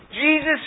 Jesus